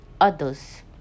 others